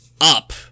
up